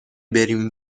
بریم